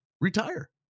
retire